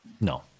no